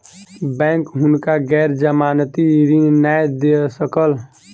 bank हुनका गैर जमानती ऋण नै दय सकल